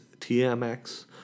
TMX